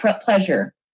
pleasure